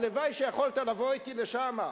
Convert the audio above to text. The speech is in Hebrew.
הלוואי שיכולת לבוא אתי לשם,